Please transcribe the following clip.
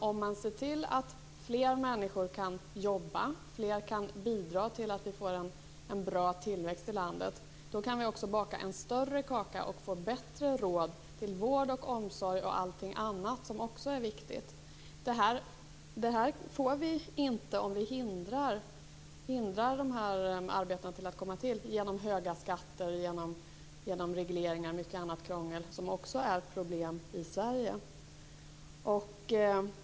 Om man ser till att fler människor kan jobba, att fler kan bidra till att vi får en bra tillväxt i landet, då kan vi också baka en större kaka och få bättre råd med vård, omsorg och allting annat som är viktigt. Det får vi inte om vi förhindrar att dessa arbeten kommer till genom höga skatter, regleringar och mycket annat krångel som också är problem i Sverige.